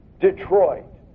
Detroit